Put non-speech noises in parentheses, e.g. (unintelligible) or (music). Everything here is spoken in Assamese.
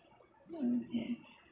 (unintelligible)